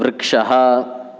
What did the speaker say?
वृक्षः